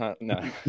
No